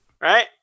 Right